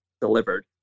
Delivered